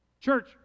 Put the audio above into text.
Church